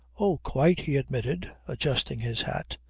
oh, quite! he admitted, adjusting his hat.